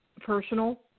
personal